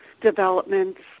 developments